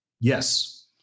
Yes